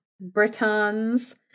Britons